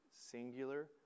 singular